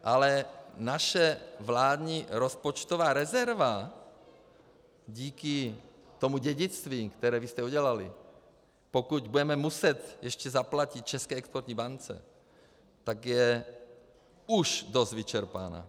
Ale naše vládní rozpočtová rezerva díky tomu dědictví, které vy jste udělali, pokud budeme muset ještě zaplatit České exportní bance, tak je už dost vyčerpaná.